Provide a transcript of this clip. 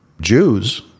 Jews